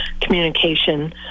communication